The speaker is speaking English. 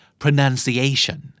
pronunciation